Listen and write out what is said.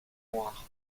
noires